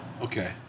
Okay